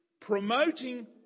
Promoting